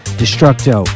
destructo